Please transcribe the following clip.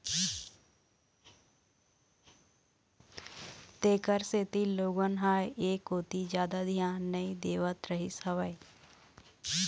तेखर सेती लोगन ह ऐ कोती जादा धियान नइ देवत रहिस हवय